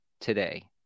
today